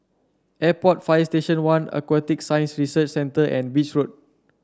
Airport Fire Station One Aquatic Science Research Centre and Beach Road